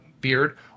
beard